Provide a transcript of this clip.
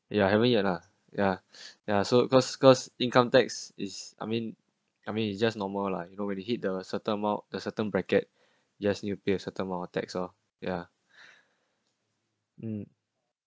ya haven't yet lah yeah yeah so cause cause income tax is I mean I mean it's just normal lah you don't really hit the certain amount the certain bracket yes you pay a certain amount of tax lor !yay! mm